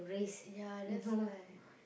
uh ya that's why